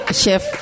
chef